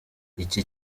iki